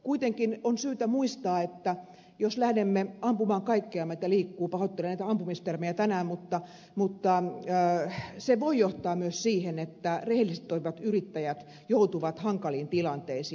kuitenkin on syytä muistaa että jos lähdemme ampumaan kaikkea mikä liikkuu pahoittelen näitä ampumistermejä tänään se voi johtaa myös siihen että rehellisesti toimivat yrittäjät joutuvat hankaliin tilanteisiin